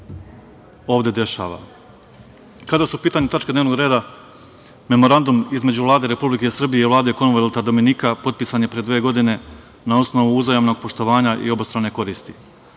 ovde dešava. Kada su u pitanju tačke dnevnog reda, Memorandum između Vlade Republike Srbije i Vlade Komonvelta Dominika potpisan je pre dve godine na osnovu uzajamnog poštovanja i obostrane koristi.